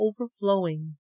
overflowing